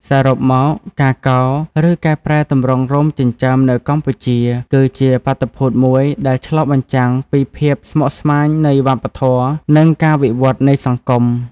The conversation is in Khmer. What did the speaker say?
សរុបមក ការកោរ ឬកែប្រែទម្រង់រោមចិញ្ចើមនៅកម្ពុជា គឺជាបាតុភូតមួយដែលឆ្លុះបញ្ចាំងពីភាពស្មុគស្មាញនៃវប្បធម៌ និងការវិវឌ្ឍន៍នៃសង្គម។